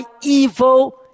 evil